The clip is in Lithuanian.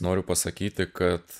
noriu pasakyti kad